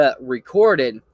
recorded